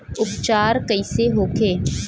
उपचार कईसे होखे?